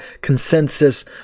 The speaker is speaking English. consensus